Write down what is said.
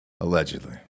Allegedly